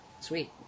Sweet